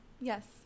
yes